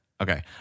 Okay